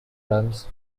runs